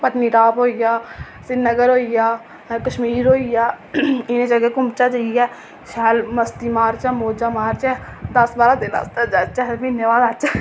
पत्तनीटाप होइया सिरीनगर होइया कश्मीर होइया एह् जगह घुम्मचै जाइयै शैल मस्ती मारचै मौज़ां मारचै दस्स बारां दिन आस्तै जाह्चै होर म्हीनै बाद आचै